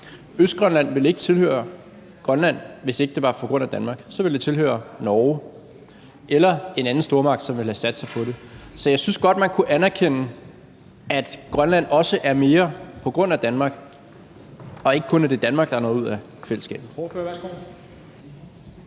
Østgrønland ville ikke tilhøre Grønland, hvis ikke det var på grund af Danmark. Så ville det tilhøre Norge eller en anden stormagt, som ville have sat sig på det. Så jeg synes godt, man kunne anerkende, at Grønland også er mere på grund af Danmark, og ikke kun, at det er Danmark, der har noget ud af fællesskabet.